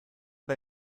bei